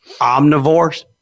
omnivores